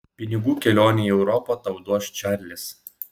pinigų kelionei į europą tau duos čarlis